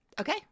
Okay